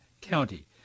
County